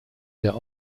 der